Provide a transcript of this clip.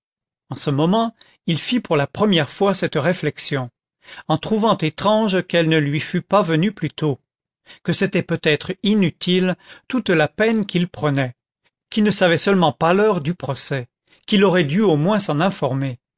en ce moment il fit pour la première fois cette réflexion en trouvant étrange qu'elle ne lui fût pas venue plus tôt que c'était peut-être inutile toute la peine qu'il prenait qu'il ne savait seulement pas l'heure du procès qu'il aurait dû au moins s'en informer